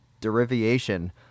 derivation